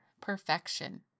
perfection